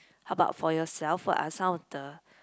how about for yourself what are some of the